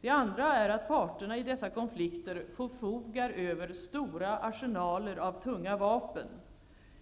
Det andra är att parterna i dessa konflikter förfogar över stora arsenaler av tunga vapen,